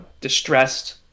distressed